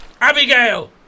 Abigail